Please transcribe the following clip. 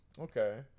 okay